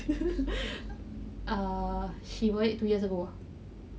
ah she bought it two years ago